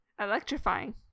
Electrifying